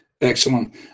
Excellent